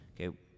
okay